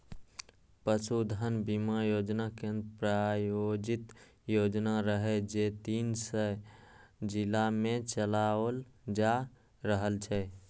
पशुधन बीमा योजना केंद्र प्रायोजित योजना रहै, जे तीन सय जिला मे चलाओल जा रहल छै